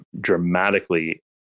dramatically